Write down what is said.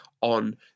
on